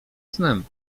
snem